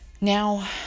Now